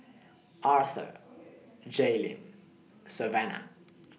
Arther Jaelyn Savanna